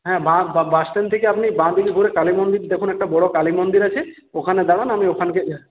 হ্যাঁ বা বাসস্ট্যান্ড থেকে আপনি বাঁদিকে ঘুরে কালী মন্দির দেখুন একটা বড় কালী মন্দির আছে ওখানে দাঁড়ান আমি ওখানকে